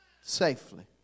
safely